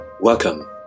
Welcome